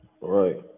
Right